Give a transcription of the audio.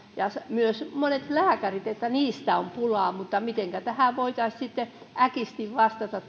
myös siitä että lääkäreistä on pulaa mutta mitenkä tähän muuntokoulutukseen voitaisiin sitten äkisti vastata